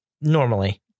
Normally